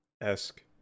esque